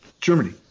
Germany